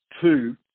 two